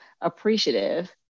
appreciative